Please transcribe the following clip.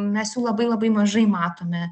mes jų labai labai mažai matome